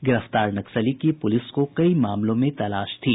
गिरफ्तारी नक्सली की पुलिस को कई मामलों में तलाश थी